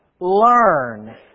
learn